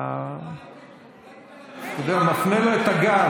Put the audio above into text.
אתה יודע, אתה מפנה לו את גב.